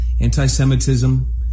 Anti-Semitism